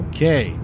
Okay